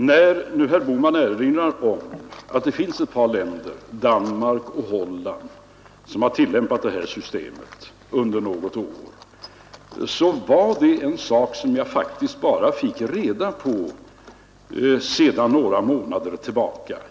Herr Bohman erinrar om att det finns ett par länder — Danmark och Holland — som har tillämpat detta system under något år. Detta är något som jag faktiskt bara haft reda på sedan några månader tillbaka.